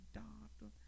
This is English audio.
doctor